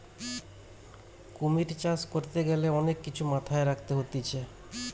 কুমির চাষ করতে গ্যালে অনেক কিছু মাথায় রাখতে হতিছে